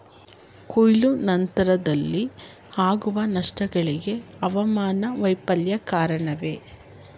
ಕೊಯ್ಲು ನಂತರದಲ್ಲಿ ಆಗುವ ನಷ್ಟಗಳಿಗೆ ಹವಾಮಾನ ವೈಫಲ್ಯ ಕಾರಣವೇ?